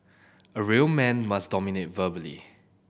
a real man must dominate verbally